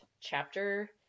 chapter